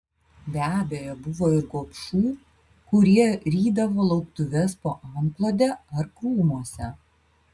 be abejo buvo ir gobšų kurie rydavo lauktuves po antklode ar krūmuose